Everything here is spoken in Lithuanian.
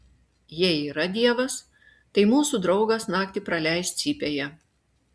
jei yra dievas tai mūsų draugas naktį praleis cypėje